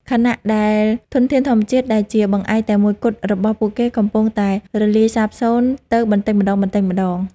ខណៈដែលធនធានធម្មជាតិដែលជាបង្អែកតែមួយគត់របស់ពួកគេកំពុងតែរលាយសាបសូន្យទៅបន្តិចម្តងៗ។